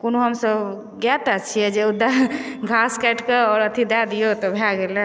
कोनो हमसभ गाय ताय छियै जे घास काटिकऽ आओर अथी दऽ दियौ तऽ भऽ गेलै